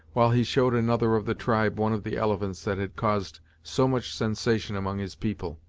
while he showed another of the tribe one of the elephants that had caused so much sensation among his people.